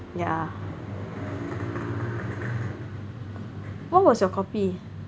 yeah what was your copy